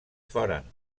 foren